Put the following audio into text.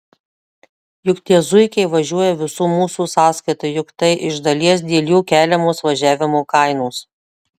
juk tie zuikiai važiuoja visų mūsų sąskaita juk tai iš dalies dėl jų keliamos važiavimo kainos